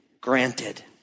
granted